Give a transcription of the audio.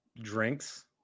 drinks